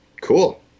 cool